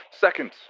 Second